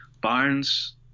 Barnes